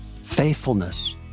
Faithfulness